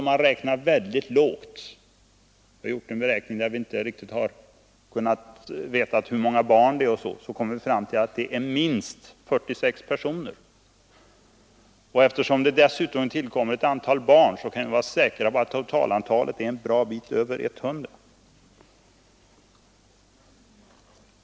Om man räknar mycket lågt — vi har gjort en försiktigt beräkning, eftersom vi inte har helt klart för oss hur många barn det rör sig om — kommer man fram till att det är minst 46 personer. Dessutom tillkommer det ett antal barn, och vi kan därför vara ganska säkra på att det totala antalet människor i området är drygt 100.